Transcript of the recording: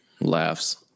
laughs